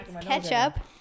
ketchup